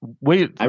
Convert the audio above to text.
wait